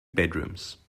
bedrooms